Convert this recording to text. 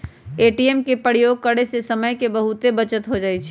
ATM के प्रयोग करे से समय के बहुते बचत हो जाइ छइ